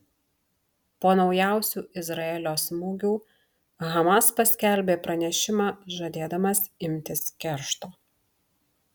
po naujausių izraelio smūgių hamas paskelbė pranešimą žadėdamas imtis keršto